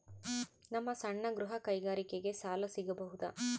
ನಮ್ಮ ಸಣ್ಣ ಗೃಹ ಕೈಗಾರಿಕೆಗೆ ಸಾಲ ಸಿಗಬಹುದಾ?